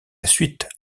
suite